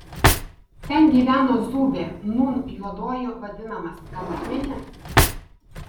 ten gyveno zūbė nūn juoduoju vadinamas gal atmeni